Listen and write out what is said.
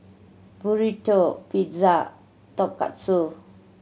Burrito Pizza Tonkatsu